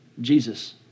Jesus